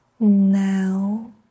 Now